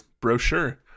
brochure